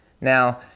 Now